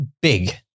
big